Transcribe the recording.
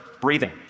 breathing